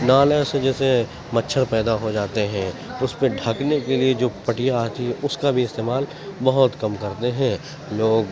نالے سے جیسے مچھر پیدا ہوجاتے ہیں اس پہ ڈھکنے کے لیے جو پٹیا آتی ہے اس کا بھی استعمال بہت کم کرتے ہیں لوگ